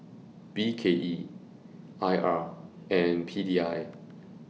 B K E I R and P D I